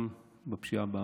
גם הפשיעה בדרום.